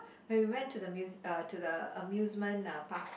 when we went to the muse~ uh to the amusement uh park